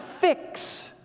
fix